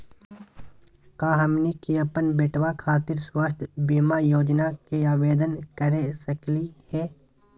का हमनी के अपन बेटवा खातिर स्वास्थ्य बीमा योजना के आवेदन करे सकली हे?